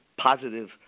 positive